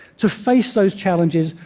to face those challenges,